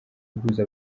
ihuza